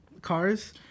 cars